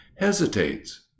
hesitates